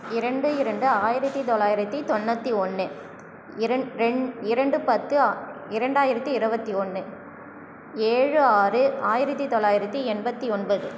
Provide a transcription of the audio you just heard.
இரண்டு இரண்டு ஆயிரத்தி தொள்ளாயிரத்தி தொண்ணூற்றி ஒன்று இரண் ரெண் இரண்டு பத்து இரண்டாயிரத்தி இருபத்தி ஒன்று ஏழு ஆறு ஆயிரத்தி தொள்ளாயிரத்தி எண்பத்தி ஒன்பது